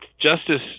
Justice